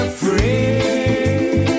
free